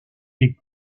est